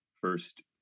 first